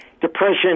depression